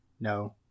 No